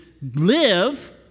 live